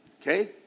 Okay